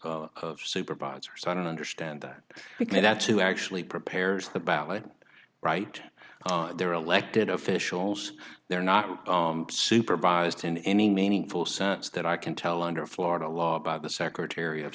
of supervisors i don't understand that because that's who actually prepares the ballot write their elected officials they're not supervised in any meaningful sense that i can tell under florida law by the secretary of